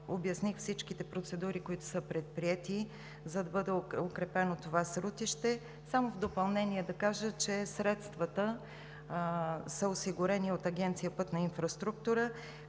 обясних всичките процедури, които са предприети, за да бъде укрепено това срутище. В допълнение, само да кажа, че средствата са осигурени от Агенция „Пътна инфраструктура“